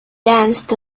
danced